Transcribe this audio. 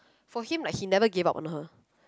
for him like he never gave up on her